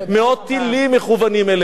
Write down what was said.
מאות טילים מכוונים אליה.